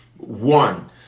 One